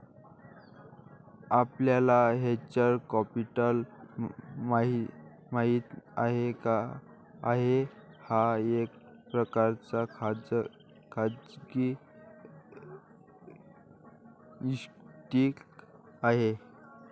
आपल्याला venture capital माहित आहे, हा एक प्रकारचा खाजगी इक्विटी आहे